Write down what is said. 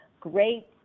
great